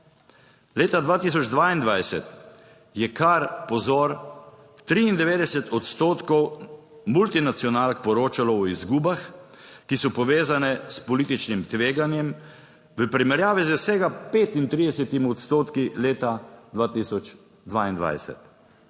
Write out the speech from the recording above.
Leta 2022 je kar pozor, 93 odstotkov multinacionalk poročalo o izgubah, ki so povezane s političnim tveganjem, v primerjavi z vsega 35 odstotki leta 2022.